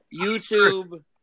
YouTube